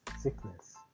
Sickness